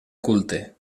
culte